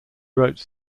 wrote